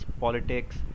politics